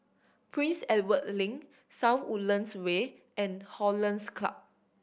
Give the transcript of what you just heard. Prince Edward Link South Woodlands Way and Hollandse Club